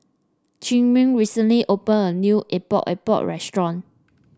Chimere recently open a new Epok Epok restaurant